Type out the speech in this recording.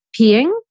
peeing